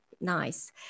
nice